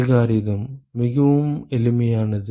algorithm மிகவும் எளிமையானது